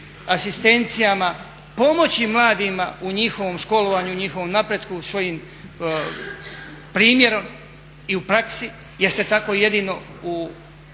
asistencijama pomoći mladima u njihovom školovanju, u njihovom napretku svojim primjerom i u praksi jer se tako jedino u